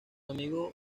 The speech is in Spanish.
amigo